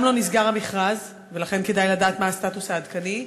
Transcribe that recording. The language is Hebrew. לא נסגר המכרז, ולכן כדאי לדעת מה הסטטוס העדכני,